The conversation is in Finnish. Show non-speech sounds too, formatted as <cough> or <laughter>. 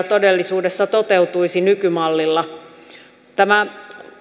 <unintelligible> todellisuudessa toteutuisi nykymallilla tämä